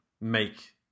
make